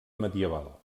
medieval